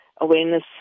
awareness